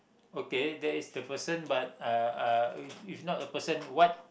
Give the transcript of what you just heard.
okay that is the person but uh uh if if not the person what